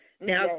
Now